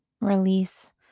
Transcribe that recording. release